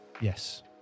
yes